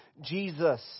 Jesus